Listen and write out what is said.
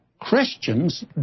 Christians